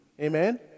Amen